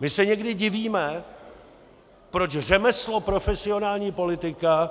My se někdy divíme, proč řemeslo profesionální politika